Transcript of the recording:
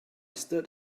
stood